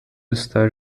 está